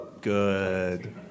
Good